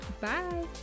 Bye